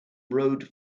road